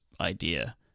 idea